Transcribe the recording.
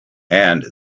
and